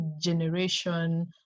generation